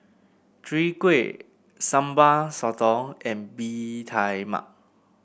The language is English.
Chwee Kueh Sambal Sotong and Bee Tai Mak